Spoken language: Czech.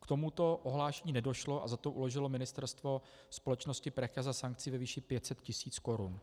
K tomuto ohlášení nedošlo a za to uložilo ministerstvo společnosti Precheza sankci ve výši 500 tisíc korun.